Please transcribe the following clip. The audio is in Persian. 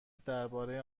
درباره